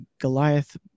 Goliath